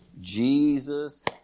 Jesus